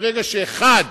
ברגע שאחד